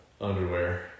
underwear